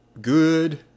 good